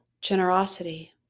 generosity